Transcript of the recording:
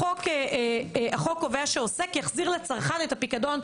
החוק קובע שעוסק יחזיר לצרכן את הפיקדון.